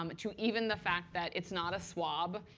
um to even the fact that it's not a swab.